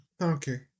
Okay